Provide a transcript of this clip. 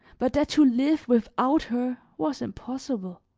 but that to live without her was impossible.